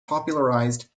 popularized